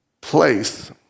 place